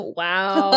wow